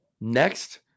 next